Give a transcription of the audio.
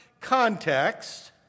Context